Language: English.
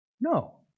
no